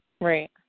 Right